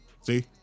See